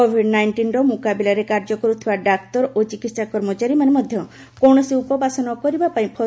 Covid ନାଇଷ୍ଟିନ୍ର ମୁକାବିଲରେ କାର୍ଯ୍ୟ କରୁଥିବା ଡାକ୍ତର ଓ ଚିକିତ୍ସା କର୍ମଚାରୀମାନେ ମଧ୍ୟ କୌଣସି ଉପବାସ ନ କରିବା ପାଇଁ ଫତୁଆ କମିଶନ କହିଛି